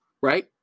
right